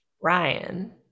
Ryan